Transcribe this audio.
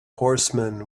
horsemen